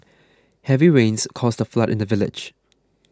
heavy rains caused a flood in the village